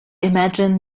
imagine